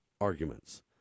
arguments